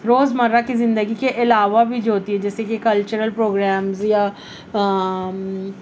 روزمرہ کی زندگی کے علاوہ بھی جو ہوتی ہے جیسے کہ کلچرل پروگرامز یا